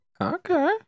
Okay